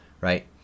right